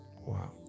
Wow